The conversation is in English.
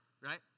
right